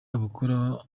abakora